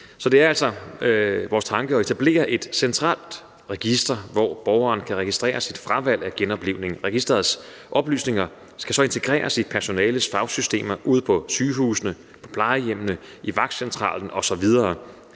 Så det er altså vores tanke at etablere et centralt register, hvor borgeren kan registrere sit fravalg af genoplivning. Registerets oplysninger skal integreres i personalets fagsystemer ude på sygehusene, plejehjemmene, vagtcentraler osv.